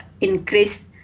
increase